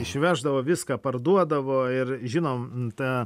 išveždavo viską parduodavo ir žinom tą